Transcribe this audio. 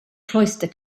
cloister